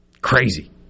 Crazy